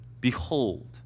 behold